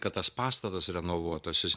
kad tas pastatas renovuotas jis